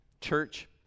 Church